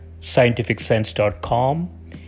scientificsense.com